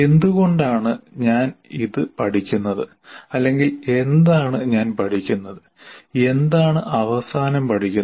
എന്തുകൊണ്ടാണ് ഞാൻ ഇത് പഠിക്കുന്നത് അല്ലെങ്കിൽ എന്താണ് ഞാൻ പഠിക്കുന്നത് എന്താണ് അവസാനം പഠിക്കുന്നത്